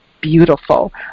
beautiful